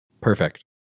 Perfect